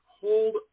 hold